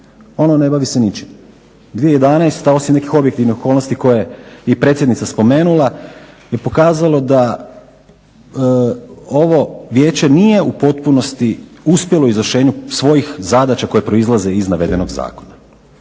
ono ne bavi se ničim. 2011. osim nekih objektivnih okolnosti koje je i predsjednica spomenula, je pokazalo da ovo Vijeće nije u potpunosti uspjelo u izvršenju svojih zadaća koje proizlaze iz navedenog Zakona.